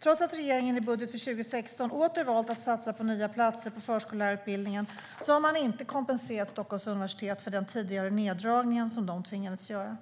Trots att regeringen i budgeten för 2016 åter valt att satsa på nya platser på förskollärarutbildningen har man inte kompenserat Stockholms universitet för den tidigare neddragning som lärosätet tvingades göra.